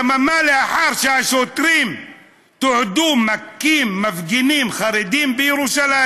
יממה לאחר שהשוטרים תועדו מכים מפגינים חרדים בירושלים,